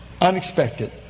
Unexpected